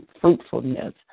fruitfulness